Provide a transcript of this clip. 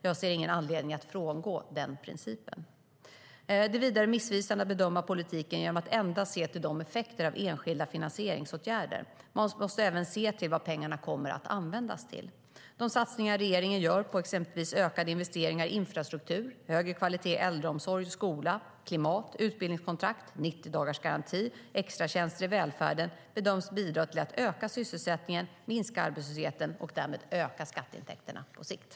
Jag ser ingen anledning till att frångå den principen.